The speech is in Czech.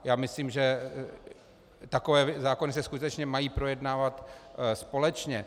Já myslím, že takové zákony se skutečně mají projednávat společně.